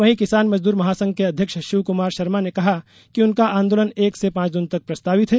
वहीं किसान मजदूर महासंघ के अध्यक्ष शिवकुमार शर्मा कक्काजी ने कहा कि उनका आंदोलन एक से पांच जून तक प्रस्तावित है